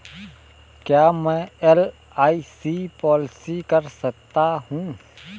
क्या मैं LIC policy कर सकता हूं?